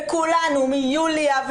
וכולנו מיוליה,